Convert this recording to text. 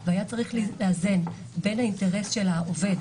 הוא היה צריך לאזן בין האינטרס של העובד